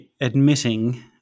admitting